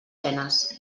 penes